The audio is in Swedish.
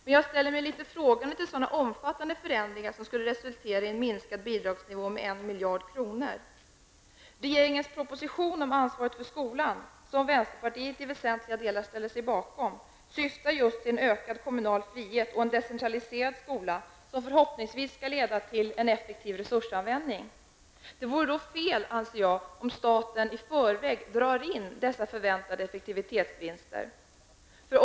Men jag ställer mig litet frågande till så omfattande förändringar att det skulle resultera i minskat bidrag med 1 miljard kronor. Regeringens proposition om ansvaret för skolan, som vänsterpartiet i väsentliga delar ställer sig bakom, syftar just till en ökad kommunal frihet och en decentraliserad skola, som förhoppningsvis skall leda till en effektivare resursanvändning. Det vore fel, anser jag, om staten i förväg drar in dessa förväntade effektivitetsvinster.